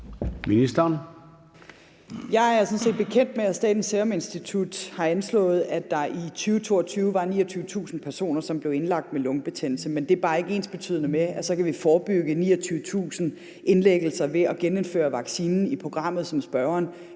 set bekendt med, at Statens Serum Institut har anslået, at der i 2022 var 29.000 personer, som blev indlagt med lungebetændelse, men det er bare ikke ensbetydende med, at så kan vi forebygge 29.000 indlæggelser ved at genindføre vaccinen i programmet, sådan som spørgeren